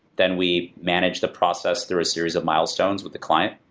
then we manage the process through a series of milestones with the client.